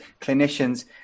clinicians